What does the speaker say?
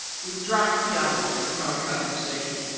we've dropped theology from our conversation.